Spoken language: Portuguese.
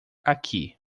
aqui